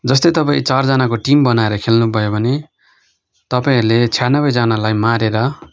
जस्तै तपाईँ चारजनाको टिम बनाएर खेल्नु भयो भने तपाईँहरूले छ्यानब्बेजनालाई मारेर